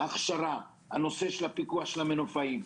הכשרה, הפיקוח על המנופאים,